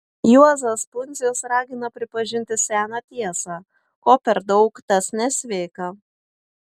juozas pundzius ragina pripažinti seną tiesą ko per daug tas nesveika